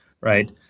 right